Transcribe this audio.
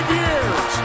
years